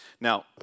Now